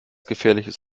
gefährliches